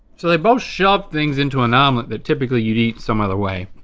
so they both shoved things into an omelet that typically you'd eat some other way.